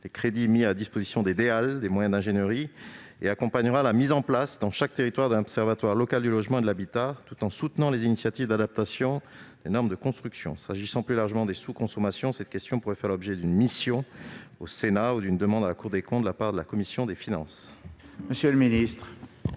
les DEAL, pour donner des moyens d'ingénierie. Elle accompagnera la mise en place dans chaque territoire d'un observatoire local du logement et de l'habitat, tout en soutenant les initiatives d'adaptation des normes de construction. S'agissant, plus largement, des sous-consommations, cette question pourrait faire l'objet d'une mission au Sénat ou d'une demande d'information à la Cour des comptes de la part de la commission des finances.